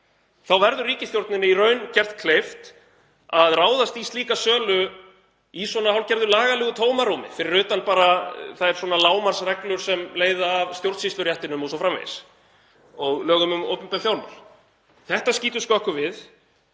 þá verður ríkisstjórninni í raun gert kleift að ráðast í slíka sölu í svona hálfgerðu lagalegu tómarúmi, fyrir utan bara þær lágmarksreglur sem má leiða af stjórnsýsluréttinum og lögum um opinber fjármál. Þetta skýtur skökku við.